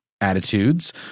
attitudes